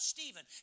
Stephen